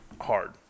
hard